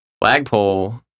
flagpole